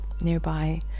nearby